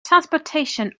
transportation